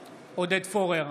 פורר,